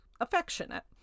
affectionate